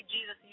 Jesus